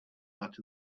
out